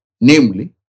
namely